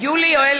יולי יואל